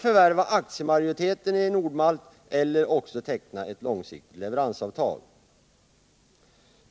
förvärva aktiemajoriteten i Nord-Malt eller också teckna ett långsiktigt leveransavtal.